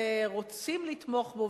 ורוצים לתמוך בו,